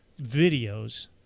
videos